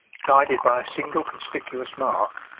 guided by a single conspicuous mark,